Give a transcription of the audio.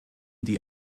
die